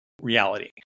reality